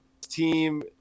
team